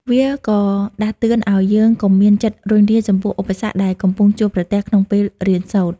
វាក៏ដាស់តឿនឱ្យយើងកុំមានចិត្តរុញរាចំពោះឧបសគ្គដែលកំពុងជួបប្រទះក្នុងពេលរៀនសូត្រ។